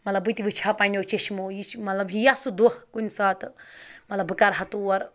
مطلب بہٕ تہِ وٕچھِ ہا پنٛنیو چٔشمو یہِ چھِ مطلب یِیاہ سُہ دۄہ کُنہِ ساتہٕ مطلب بہٕ کَرٕ ہا تور